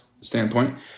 standpoint